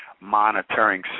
monitoring